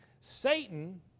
Satan